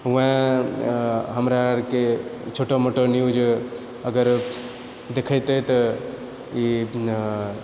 हुवे हमरा आरके छोटा मोटा न्यूज अगर देखेतै तऽ ई